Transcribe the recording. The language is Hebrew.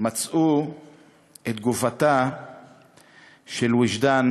גם מצאו את גופתה של וג'דאן